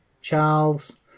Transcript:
Charles